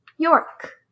York